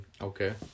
Okay